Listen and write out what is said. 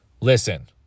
listen